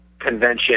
convention